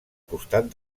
costat